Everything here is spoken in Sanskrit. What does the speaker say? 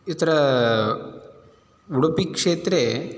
यत्र उडुपिक्षेत्रे